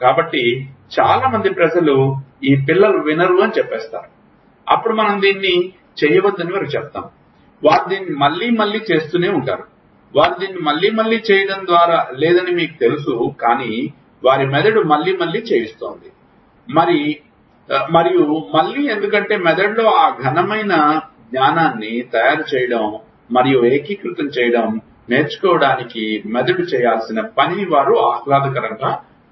కాబట్టి చాలా మంది ప్రజలు ఈ పిల్లలు వినరు అని చెప్తారు అప్పుడు మనం దీన్ని చేయవద్దని వారికి చెప్తాము వారు దీన్ని మళ్లీ మళ్లీ చేస్తూనే ఉంటారు వారు దీన్ని మళ్లీ మళ్లీ చేయడం లేదని మీకు తెలుసు వారి మెదడు మళ్లీ చేస్తోంది మరియు మళ్ళీ ఎందుకంటే మెదడులో ఆ ఘనమైన జ్ఞానాన్ని తయారుచేయడం మరియు ఏకీకృతం చేయడం నేర్చుకోవటానికి మెదడు చేయాల్సిన పనిని వారు ఆహ్లాదకరంగా భావిస్తారు